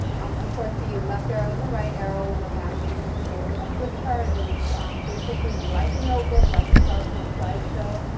um of course, the left arrow and the right arrow will navigate you through. a flip chart is basically and like a notebook, like a powerpoint slideshow.